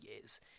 years